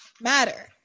matter